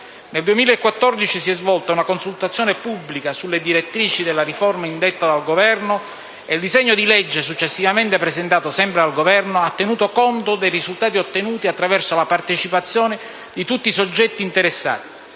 Nel 2014 si è svolta una consultazione pubblica sulle direttrici della riforma indetta dal Governo, e il disegno di legge successivamente presentato (sempre dal Governo) ha tenuto conto dei risultati ottenuti attraverso la partecipazione di tutti i soggetti interessati.